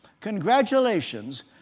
congratulations